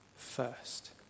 first